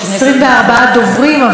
שלוש דקות, בבקשה.